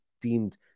deemed